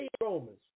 Romans